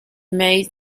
made